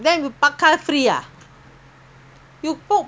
but is very hard time to leave ah now